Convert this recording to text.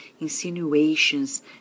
insinuations